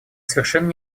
совершенно